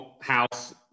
house